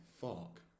Fuck